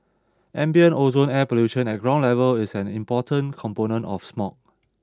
ambient ozone air pollution at ground level is an important component of smog